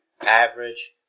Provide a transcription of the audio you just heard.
average